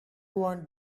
want